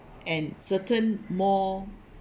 and certain more